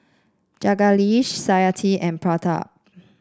Jagadish Satyajit and Pratap